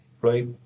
right